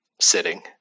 sitting